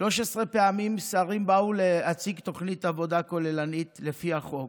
13 פעמים שרים באו להציג תוכנית עבודה כוללנית לפי החוק,